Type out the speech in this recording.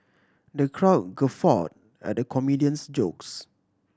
the crowd guffawed at the comedian's jokes